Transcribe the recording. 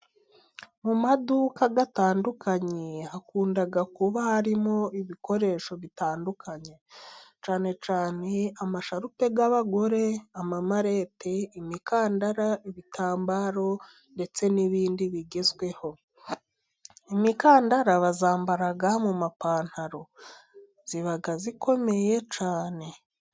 Mu maduka atandukanye hakunda kuba harimo ibikoresho bitandukanye cyane cyane amasharupe y'abagore, amamalete, imikandara, ibitambaro ndetse n'ibindi bigezweho. Imikandara bayambara mu mapantaro. Iba ikomeye cyane.